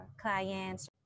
clients